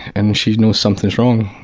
and she knows something's wrong,